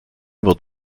wird